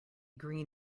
green